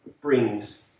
brings